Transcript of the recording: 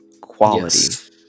quality